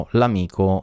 l'amico